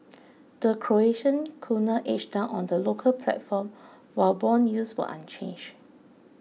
the Croatian kuna edged down on the local platform while bond yields were unchanged